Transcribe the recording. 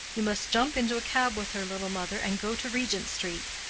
you must jump into a cab with her, little mother, and go to regent street.